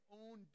own